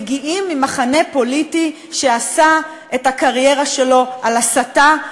מגיעים ממחנה פוליטי שעשה את הקריירה שלו על הסתה,